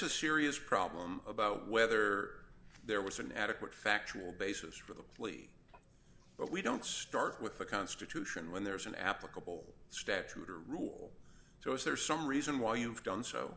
a serious problem about whether there was an adequate factual basis for the plea but we don't start with the constitution when there is an applicable statute or rule so is there some reason why you've done